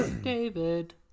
David